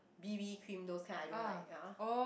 b_b-cream those kind I don't like ya